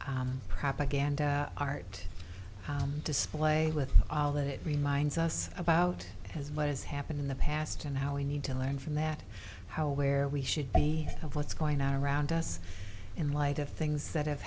year propaganda art display with all that it reminds us about is what has happened in the past and how we need to learn from that how aware we should be of what's going on around us in light of things that have